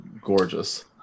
Gorgeous